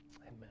Amen